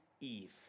Eve